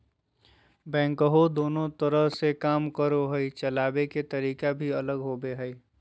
backhoe दोनों तरह से काम करो हइ, चलाबे के तरीका भी अलग होबो हइ